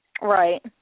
Right